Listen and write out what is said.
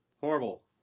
Horrible